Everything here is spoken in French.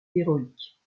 héroïque